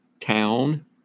town